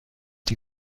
die